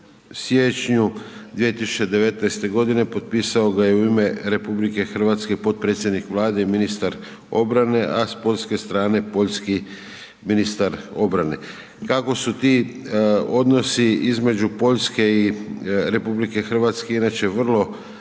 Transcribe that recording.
siječnju 2019. g. potpisao ga je u ime RH, potpredsjednik Vlade i ministar obrane, a s poljske strane poljski ministar obrane. Kako su ti odnosi između Poljske i RH inače vrlo razvijeni